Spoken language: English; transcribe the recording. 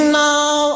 now